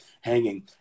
hanging